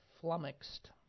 flummoxed